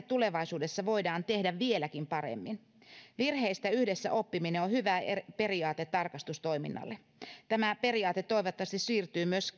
tulevaisuudessa voidaan tehdä vieläkin paremmin virheistä yhdessä oppiminen on on hyvä periaate tarkastustoiminnalle tämä periaate toivottavasti siirtyy myös